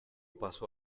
pasó